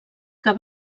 que